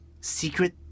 secret